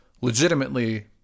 legitimately